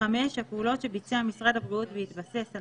הפעולות שביצע משרד הבריאות בהתבסס על